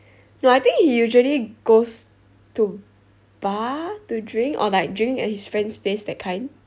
no I think he usually goes to bar to drink or like drink at his friend's place that kind